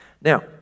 Now